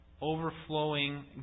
overflowing